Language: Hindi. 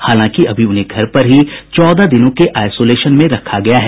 हालांकि अभी उन्हें घर पर ही चौदह दिनों के आइसोलेशन में रखा गया है